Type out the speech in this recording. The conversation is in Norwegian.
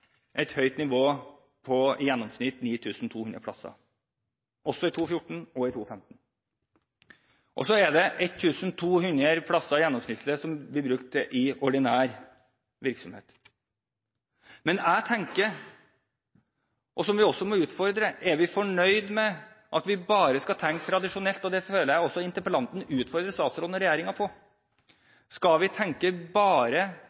et høyt nivå – på i gjennomsnitt 9 200 plasser – også i 2014 og 2015. Og så er det gjennomsnittlig 1 200 plasser som blir brukt i ordinær virksomhet. Men jeg tenker, og som vi også må utfordre: Er vi fornøyd med at vi bare skal tenke tradisjonelt? Og dette føler jeg at interpellanten også utfordrer statsråden og regjeringen på. Skal vi tenke bare